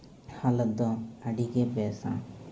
ᱦᱟᱞᱚᱛ ᱫᱚ ᱟᱹᱰᱤᱜᱮ ᱵᱮᱥᱟ